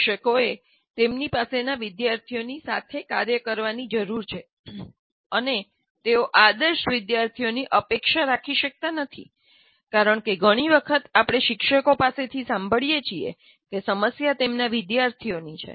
શિક્ષકોએ તેમની પાસેનાં વિદ્યાર્થીઓની સાથે કાર્ય કરવાની જરૂર છે અને તેઓ આદર્શ વિદ્યાર્થીઓની અપેક્ષા રાખી શકતા નથી કારણકે ઘણી વખત આપણે શિક્ષકો પાસેથી સાંભળીએ છીએ કે સમસ્યા તેમના વિદ્યાર્થીઓની છે